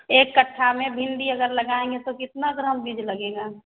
एक कठ्ठा में भिन्डी अगर लगाएँगे तो कितना ग्राम बीज लगेगा